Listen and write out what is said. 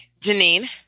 Janine